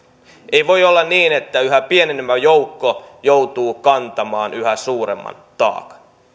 ei voi olla niin että yhä pienenevä joukko joutuu kantamaan yhä suuremman taakan